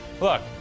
Look